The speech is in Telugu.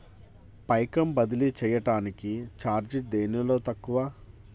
పైకం బదిలీ చెయ్యటానికి చార్జీ దేనిలో తక్కువ?